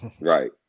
Right